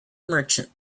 merchant